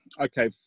okay